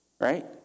right